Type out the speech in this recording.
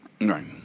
Right